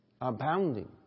Abounding